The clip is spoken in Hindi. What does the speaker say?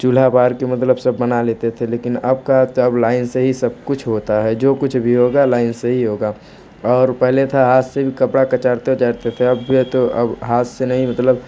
चूल्हा बार कर मतलब सब बना लेते थे लेकिन अब का तब लाइन से ही सब कुछ होता है जो कुछ भी होगा लाइन से ही होगा और पहले था हाथ से भी कपड़ा कचारते उचारते थे अब यह तो अब हाथ से नहीं मतलब